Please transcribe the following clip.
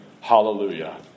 hallelujah